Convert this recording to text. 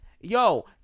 Yo